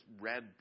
read